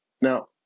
Now